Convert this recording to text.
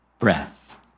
Breath